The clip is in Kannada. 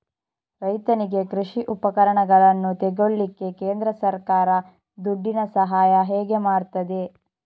ರೈತನಿಗೆ ಕೃಷಿ ಉಪಕರಣಗಳನ್ನು ತೆಗೊಳ್ಳಿಕ್ಕೆ ಕೇಂದ್ರ ಸರ್ಕಾರ ದುಡ್ಡಿನ ಸಹಾಯ ಹೇಗೆ ಮಾಡ್ತದೆ?